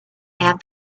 and